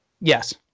Yes